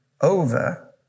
over